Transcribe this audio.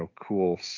cool